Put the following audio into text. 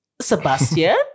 Sebastian